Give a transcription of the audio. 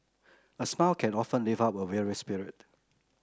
a smile can often lift up a weary spirit